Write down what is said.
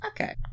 Okay